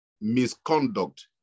misconduct